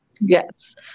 Yes